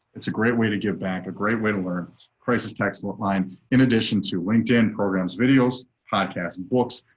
it's a great way to give back. a great way to learn crisis text line. in addition to linkedin programs videos, podcasts and books,